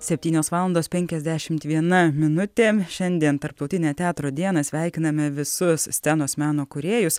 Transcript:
septynios valandos penkiasdešimt viena minutė šiandien tarptautinę teatro dieną sveikiname visus scenos meno kūrėjus